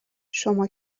شما